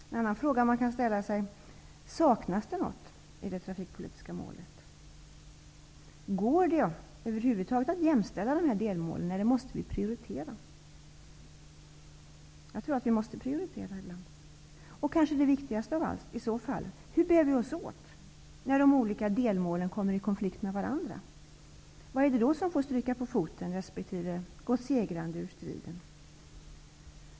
En annan fråga man kan ställa sig är om det saknas något i det trafikpolitiska målet. Går det att över huvud taget jämställa dessa delmål eller måste det ske en prioritering? Jag tror att vi måste prioritera. Det viktigaste av allt är kanske hur vi skall bära oss åt när olika delmål kommer i konflikt med varandra. Vad är det som får stryka på foten, och vad går segrande ur striden?